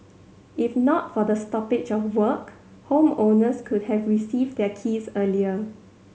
if not for the stoppage of work homeowners could have received their keys earlier